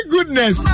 Goodness